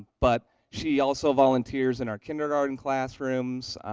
but she also volunteers in our kindergarten classrooms.